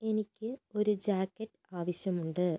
എനിക്ക് ഒരു ജാക്കറ്റ് ആവശ്യമുണ്ട്